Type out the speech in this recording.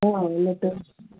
ହଁ